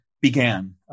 began